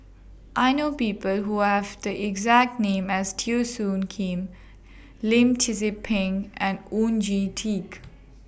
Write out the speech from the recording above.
I know People Who Have The exact name as Teo Soon Kim Lim Tze Peng and Oon Jin Teik